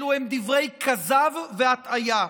אלו הם דברי כזב והטעיה.